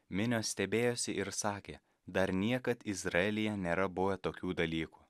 minios stebėjosi ir sakė dar niekad izraelyje nėra buvę tokių dalykų